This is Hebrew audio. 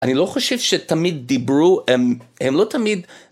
אני לא חושב שתמיד דיברו, הם לא תמיד...